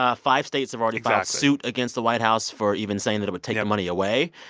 ah five states have already filed suit against the white house for even saying that it would take that money away.